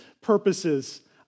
purposes